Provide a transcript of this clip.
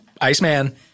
Iceman